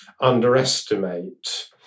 underestimate